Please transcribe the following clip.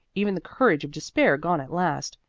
even the courage of despair gone at last.